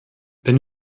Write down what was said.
wenn